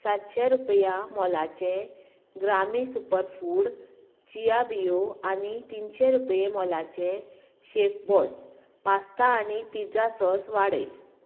सातशें रुपया मोलाचें ग्रामी सुपर फूड चिया बियो आनी तिनशें रुपये मोलाचें शेफबॉस पास्ता आनी पिझ्झा सॉस वाडय